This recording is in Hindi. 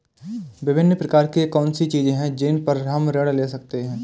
विभिन्न प्रकार की कौन सी चीजें हैं जिन पर हम ऋण ले सकते हैं?